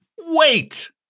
wait